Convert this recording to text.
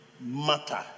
matter